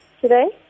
today